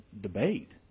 debate